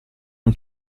non